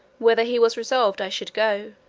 whither he was resolved i should go.